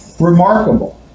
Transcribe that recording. Remarkable